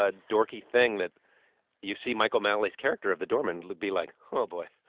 ah dorky thing that you see mike o'malley's character of the doorman like be like, oh, boy.